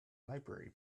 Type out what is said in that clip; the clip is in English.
library